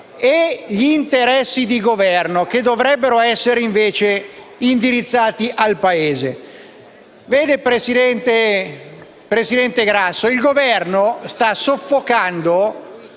e interessi di Governo, che dovrebbero essere invece indirizzati al Paese. Vede, presidente Grasso, il Governo sta soffocando